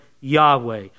Yahweh